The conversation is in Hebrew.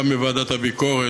גם בוועדת הביקורת,